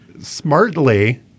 smartly